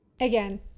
Again